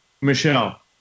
Michelle